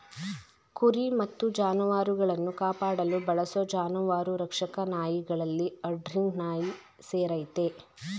ಕುರಿ ಮತ್ತು ಜಾನುವಾರುಗಳನ್ನು ಕಾಪಾಡಲು ಬಳಸೋ ಜಾನುವಾರು ರಕ್ಷಕ ನಾಯಿಗಳಲ್ಲಿ ಹರ್ಡಿಂಗ್ ನಾಯಿ ಸೇರಯ್ತೆ